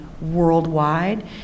worldwide